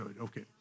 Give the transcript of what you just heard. okay